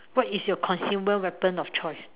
what is your consumable weapon of choice